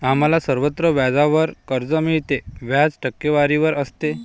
आम्हाला सर्वत्र व्याजावर कर्ज मिळते, व्याज टक्केवारीवर असते